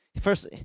First